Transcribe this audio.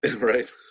Right